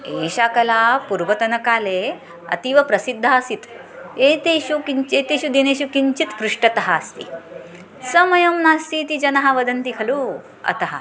एषा कला पूर्वतनकाले अतीव प्रसिद्धा आसीत् एतेषु किञ्च एतेषु दिनेषु किञ्चित् पृष्टतः अस्ति समयं नास्ति इति जनाः छ वदन्ति खलु अतः